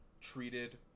treated